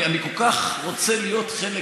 אני כל כך רוצה להיות חלק,